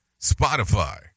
Spotify